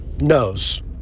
knows